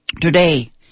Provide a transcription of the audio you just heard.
today